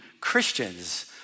Christians